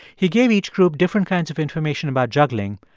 he gave each group different kinds of information about juggling,